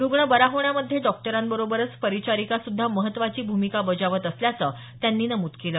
रुग्ण बरा होण्यामध्ये डॉक्टरांबरोबरच परिचारिकासुद्धा महत्त्वाची भूमिका बजावत असल्याचं त्यांनी नमूद केलं